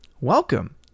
welcome